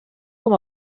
com